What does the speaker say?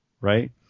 right